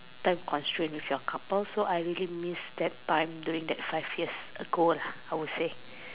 time constrain with your couples so I really miss that time during that five years ago lah I would say